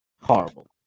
Horrible